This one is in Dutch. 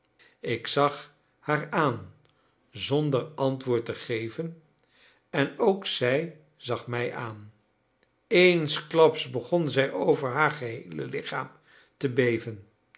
ik zag haar aan zonder antwoord te geven en ook zij zag mij aan eensklaps begon zij over haar geheele lichaam te beven